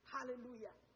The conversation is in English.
Hallelujah